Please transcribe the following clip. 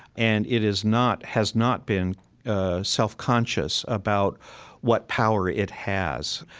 and it is not has not been self-conscious about what power it has.